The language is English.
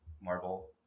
marvel